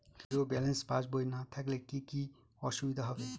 Zero balance পাসবই না থাকলে কি কী অসুবিধা হবে?